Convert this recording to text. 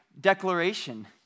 declaration